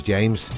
James